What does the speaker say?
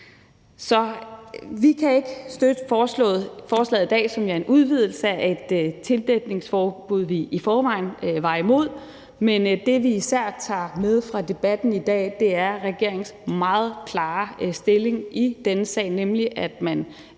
Så vi kan ikke støtte forslaget i dag, som er en udvidelse af et tildækningsforbud, vi i forvejen var imod, men det, vi især tager med fra debatten i dag, er regeringens meget klare stilling i denne sag, nemlig at man